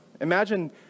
imagine